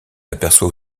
aperçoit